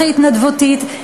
הכי התנדבותית,